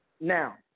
Now